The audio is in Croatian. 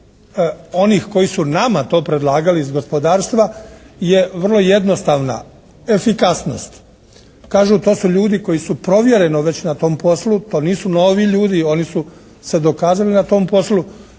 onih koji su nama to predlagali iz gospodarstva je vrlo jednostavna, efikasnost. Kažu to su ljudi koji su provjereno već na tom poslu, to nisu novi ljudi, oni su se dokazali na tom poslu.